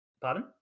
Pardon